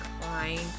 Klein